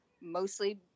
mostly